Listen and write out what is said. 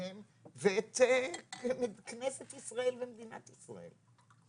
משפחותיהם ואת כנסת ישראל ומדינת ישראל.